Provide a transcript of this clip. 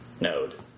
node